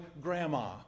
grandma